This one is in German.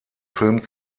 film